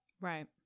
Right